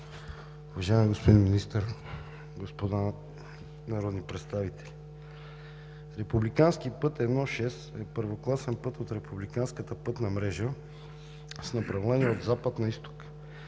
уважаеми господин Министър, господа народни представители! Републикански път I-6 е първокласен път от републиканската пътна мрежа с направление от запад на изток,